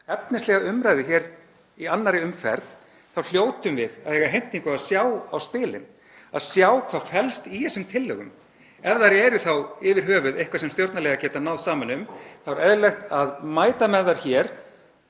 efnislega umræðu hér í 2. umr. þá hljótum við að eiga heimtingu á að sjá á spilin, sjá hvað felst í þessum tillögum. Ef þær eru þá yfir höfuð eitthvað sem stjórnarliðar geta náð saman um er eðlilegt að mæta með þær í